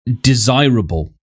desirable